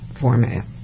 format